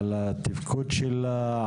על התפקוד שלה,